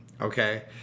okay